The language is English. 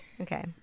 Okay